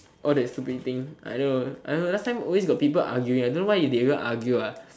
all that stupid thing I know I know last time always got people arguing I don't know why they even argue ah